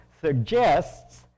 suggests